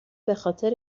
بخاطر